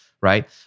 Right